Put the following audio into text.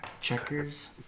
Checkers